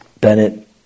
Bennett